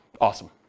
Awesome